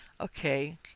Okay